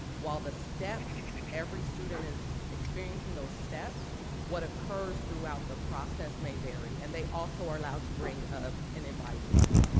while the steps, every student is experiencing those steps, what occurs throughout the process may vary. and they also are allowed to bring an advisor with them.